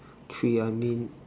tree I mean